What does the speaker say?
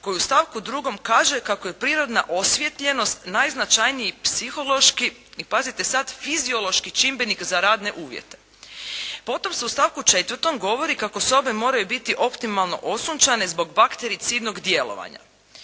koji u stavku 2. kaže kako je prirodna osvijetljenost najznačajniji psihološki, i pazite sad, fiziološki čimbenik za radne uvijete. Potom se u stavku 4. govori kako sobe moraju biti optimalno osunčane zbog baktericidnog djelovanja.